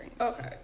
Okay